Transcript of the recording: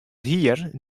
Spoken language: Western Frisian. hier